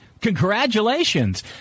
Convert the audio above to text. Congratulations